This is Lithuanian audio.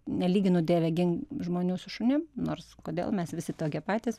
nelyginu dieve gink žmonių su šunim nors kodėl mes visi tokie patys